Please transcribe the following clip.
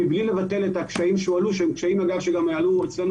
מבלי לבטל את הקשיים שהועלו שהם קשיים שגם עלו אצלנו